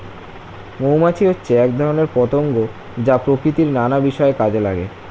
মৌমাছি হচ্ছে এক ধরনের পতঙ্গ যা প্রকৃতির নানা বিষয়ে কাজে লাগে